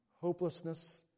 hopelessness